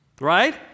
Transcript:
right